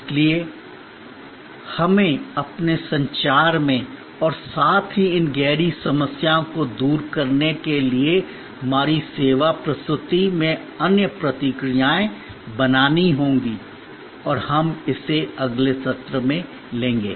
इसलिए हमें अपने संचार में और साथ ही इन गहरी समस्याओं को दूर करने के लिए हमारी सेवा प्रस्तुति में अन्य प्रतिक्रियाएँ बनानी होंगी और हम इसे अगले सत्र में लेंगे